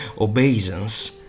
obeisance